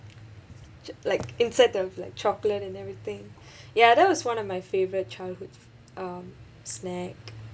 like inside there have like chocolate and everything ya that was one of my favorite childhood um snack